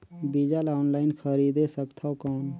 बीजा ला ऑनलाइन खरीदे सकथव कौन?